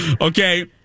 Okay